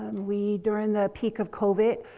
we, during the peak of covid,